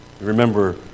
Remember